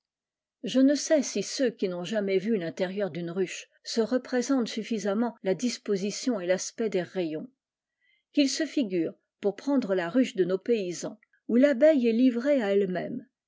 je ne sais si ceux qui n'ont jamais vu l'intéd'une ruche se représentent suffisamit la disposition et l'aspect des rayons se figurent pour prendre la ruche de nos paysans où l'abeille est livrée à elle-même